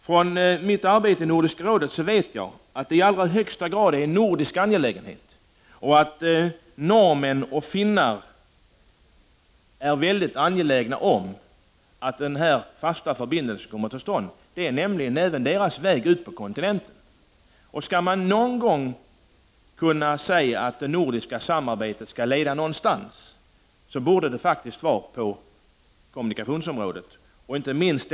Från mitt arbete i Nordiska rådet vet jag att det i allra högstagrad = är en nordisk angelägenhet, och att norrmännen och finnarna är mycket angelägna om att den här fasta förbindelsen kommer till stånd. Det rör nämligen även deras väg ut på kontinenten. Skall man någon gång kunna säga att det nordiska samarbetet skall leda någonstans, borde det faktiskt vara på kommunikationsområdet.